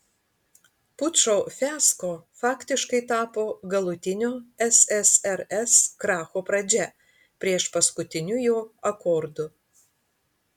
pučo fiasko faktiškai tapo galutinio ssrs kracho pradžia priešpaskutiniu jo akordu